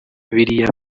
biriya